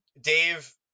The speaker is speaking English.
Dave